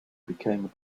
became